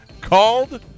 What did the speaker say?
called